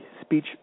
speech